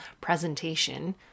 presentation